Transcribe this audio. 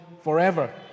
forever